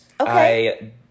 Okay